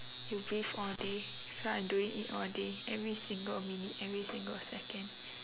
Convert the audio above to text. you breathe all day so i'm doing it all day every single minute every single second